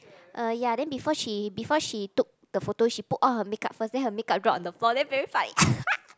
uh ya then before she before she took the photo she put on her makeup first then her makeup drop on the floor then very